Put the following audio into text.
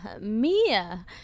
mia